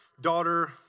daughter